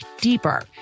deeper